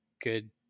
good